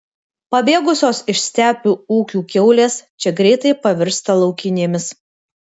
pabėgusios iš stepių ūkių kiaulės čia greitai pavirsta laukinėmis